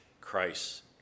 Christ